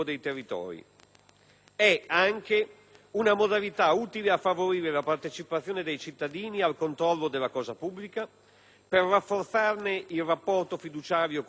È anche una modalità utile a favorire la partecipazione dei cittadini al controllo della cosa pubblica per rafforzarne il rapporto fiduciario con le istituzioni